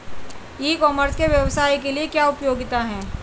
ई commerce के व्यवसाय के लिए क्या उपयोगिता है?